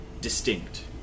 Distinct